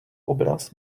obraz